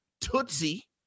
Tootsie